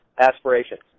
aspirations